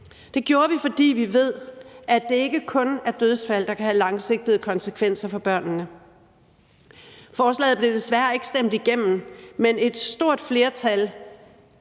Det gjorde vi, fordi vi ved, at det ikke kun er dødsfald, der kan have langsigtede konsekvenser for børnene. Forslaget blev desværre ikke stemt igennem, men et stort flertal